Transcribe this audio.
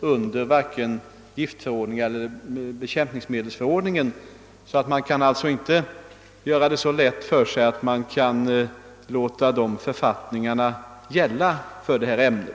under vare sig giftförordningen eller bekämpningsmedelsförordningen. Man kan alltså inte göra det så lätt för sig att man låter dessa författningar gälla för detta ämne.